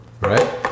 right